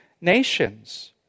nations